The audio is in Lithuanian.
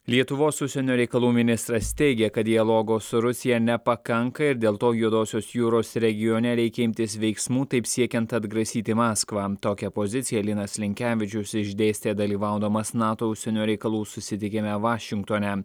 lietuvos užsienio reikalų ministras teigė kad dialogo su rusija nepakanka ir dėl to juodosios jūros regione reikia imtis veiksmų taip siekiant atgrasyti maskvą tokią poziciją linas linkevičius išdėstė dalyvaudamas nato užsienio reikalų susitikime vašingtone